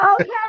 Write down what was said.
okay